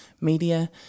media